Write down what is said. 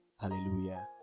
hallelujah